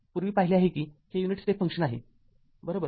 पूर्वी पाहिले आहे की हे युनिट स्टेप फंक्शन आहे बरोबर